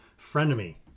Frenemy